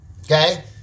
okay